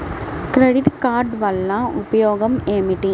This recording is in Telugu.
క్రెడిట్ కార్డ్ వల్ల ఉపయోగం ఏమిటీ?